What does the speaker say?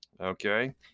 Okay